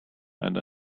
and